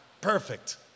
Perfect